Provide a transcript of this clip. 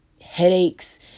headaches